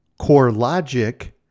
CoreLogic